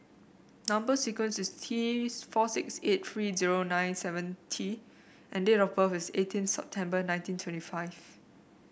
number sequence is T four six eight three zero nine seven T and date of birth is eighteen September nineteen twenty five